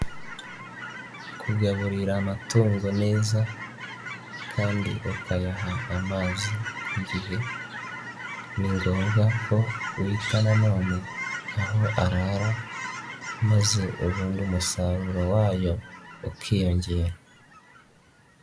Kugaburira amatungo neza kandi ukayaha amazi ku gihe ni ngombwa ko wita nanone aho arara maze ubundi umusaruro wayo ukiyongera.